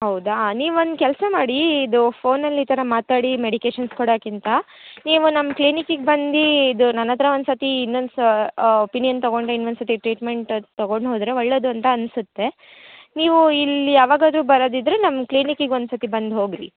ಹೌದಾ ನೀವು ಒಂದು ಕೆಲಸ ಮಾಡಿ ಇದು ಫೋನಲ್ಲಿ ಈ ಥರ ಮಾತಾಡಿ ಮೆಡಿಕೇಷನ್ಸ್ ಕೊಡೊಕಿಂತ ನೀವು ನಮ್ಮ ಕ್ಲಿನಿಕಿಗೆ ಬಂದು ಇದು ನನ್ನ ಹತ್ರ ಒಂದು ಸರ್ತಿ ಇನ್ನೊಂದು ಸ ಒಪೀನಿಯನ್ ತಗೊಂಡರೆ ಇನ್ನೊಂದು ಸರ್ತಿ ಟ್ರೀಟ್ಮೆಂಟ್ ತಗೊಂಡು ಹೋದರೆ ಒಳ್ಳೇದು ಅಂತ ಅನಿಸುತ್ತೆ ನೀವು ಇಲ್ಲಿ ಯಾವಾಗಾದರೂ ಬರೋದಿದ್ರೆ ನಮ್ಮ ಕ್ಲಿನಿಕಿಗೆ ಒಂದು ಸರ್ತಿ ಬಂದು ಹೋಗಿರಿ